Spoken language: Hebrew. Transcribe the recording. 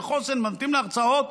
וחוסן,